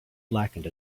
blackened